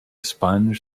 sponge